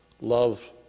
love